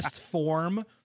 form